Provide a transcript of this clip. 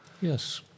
yes